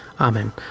Amen